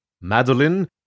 Madeline